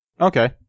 Okay